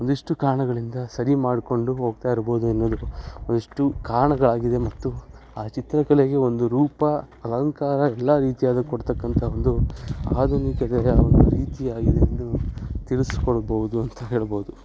ಒಂದಿಷ್ಟು ಕಾರಣಗಳಿಂದ ಸರಿ ಮಾಡಿಕೊಂಡು ಹೋಗ್ತಾ ಇರ್ಬೋದು ಒಂದಿಷ್ಟು ಕಾರಣಗಳಾಗಿದೆ ಮತ್ತು ಆ ಚಿತ್ರಕಲೆಗೆ ಒಂದು ರೂಪ ಅಲಂಕಾರ ಎಲ್ಲ ರೀತಿಯಾದ ಕೊಡತಕ್ಕಂಥ ಒಂದು ಆಧುನಿಕತೆಯ ಒಂದು ರೀತಿಯಾಗಿದೆ ಎಂದು ತಿಳಿಸ್ಕೊಳ್ಬೋದು ಅಂತ ಹೇಳ್ಬೋದು